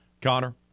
Connor